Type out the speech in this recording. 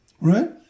Right